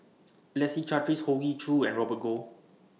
Leslie Charteris Hoey Choo and Robert Goh